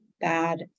bad